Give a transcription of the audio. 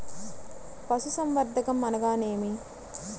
పశుసంవర్ధకం అనగానేమి?